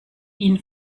ihn